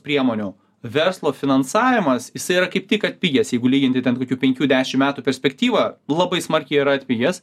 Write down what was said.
priemonių verslo finansavimas jisai yra kaip tik atpigęs jeigu lyginti ten kokių penkių dešim metų perspektyvą labai smarkiai yra atpigęs